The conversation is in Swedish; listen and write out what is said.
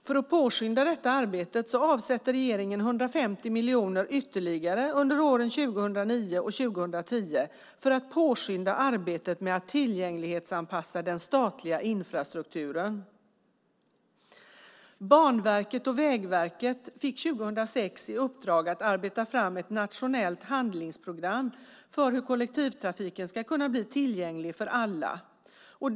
För att påskynda detta arbete avsätter regeringen 150 miljoner ytterligare under åren 2009 och 2010 för att tillgänglighetsanpassa den statliga infrastrukturen. Banverket och Vägverket fick 2006 i uppdrag att arbeta fram ett nationellt handlingsprogram för hur kollektivtrafiken ska kunna bli tillgänglig för alla.